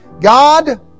God